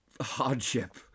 hardship